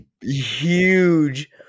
huge